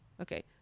okay